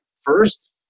first